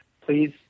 Please